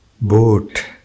boat